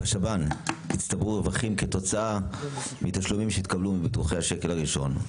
שבשב"ן יצטברו רווחים כתוצאה מתשלומים שיתקבלו מביטוחי השקל הראשון,